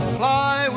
fly